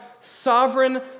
sovereign